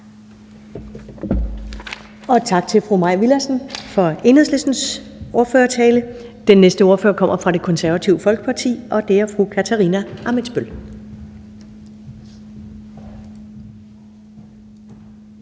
Tak til fru Mai Villadsen for Enhedslistens ordførertale. Den næste ordfører kommer fra Det Konservative Folkeparti, og det er fru Katarina Ammitzbøll.